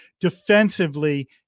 defensively